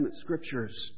Scriptures